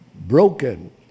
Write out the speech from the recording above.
broken